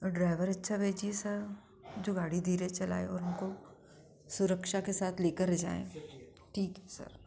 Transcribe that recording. और ड्राइवर अच्छा भेजिए सर जो गाड़ी धीरे चलाए और हमको सुरक्षा के साथ लेकर जाए ठीक है सर